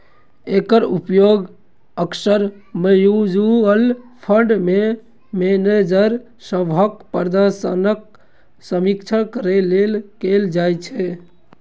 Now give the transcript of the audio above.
एकर उपयोग अक्सर mutual fund manager सभक प्रदर्शनक समीक्षा करै लेल कैल जाइ छै